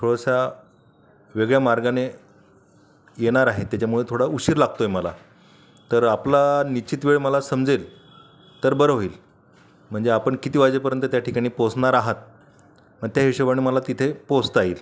थोडासा वेगळ्या मार्गाने येणार आहे त्याच्यामुळे थोडा उशीर लागतो आहे मला तर आपला निश्चित वेळ मला समजेल तर बरं होईल म्हणजे आपण किती वाजेपर्यंत त्या ठिकाणी पोहोचणार आहात मग त्या हिशेबाने मला तिथे पोहोचता येईल